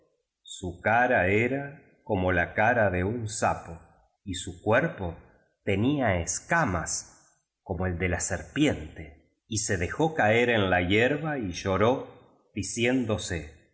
su cara era como la cara de un sapo y su cuerpo tenía escamas como el biblioteca nacional de españa a españa moderna de la serpiente y se dejó caer en la hierba y lloró diciéndo